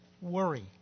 worry